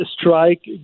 strike